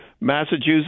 Massachusetts